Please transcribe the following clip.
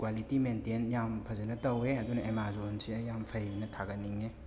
quality maintain ꯌꯥꯝ ꯐꯖꯅ ꯇꯧꯋꯦ ꯑꯗꯨꯅ ꯑꯦꯃꯥꯖꯣꯟꯁꯦ ꯌꯥꯝ ꯐꯩꯅ ꯊꯥꯒꯠꯅꯤꯡꯉꯦ